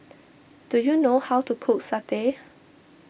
do you know how to cook Satay